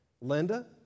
Linda